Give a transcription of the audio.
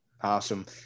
awesome